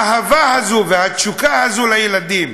האהבה הזאת והתשוקה הזאת של הילדים,